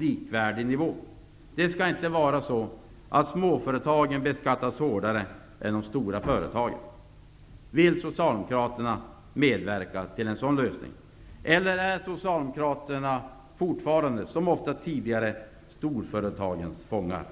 likvärdig med övriga företags. Småföretagen skall inte beskattas hårdare än de stora företagen! Vill socialdemokraterna medverka till en sådan lösning? Eller är socialdemokraterna fortfarande -- som ofta tidigare -- storföretagens fångar?